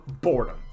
boredom